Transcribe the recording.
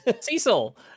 Cecil